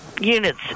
units